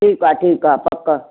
ठीकु आहे ठीकु आहे पका